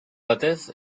batez